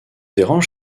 dérange